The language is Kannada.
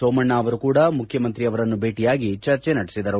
ಸೋಮಣ್ಣ ಅವರು ಕೂಡ ಮುಖ್ಯಮಂತ್ರಿಯನ್ನು ಭೇಟಿಯಾಗಿ ಚರ್ಚೆ ನಡೆಸಿದರು